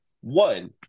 one